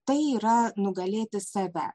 tai yra nugalėti save